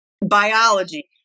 biology